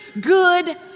good